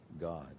God